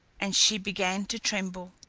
and she began to tremble.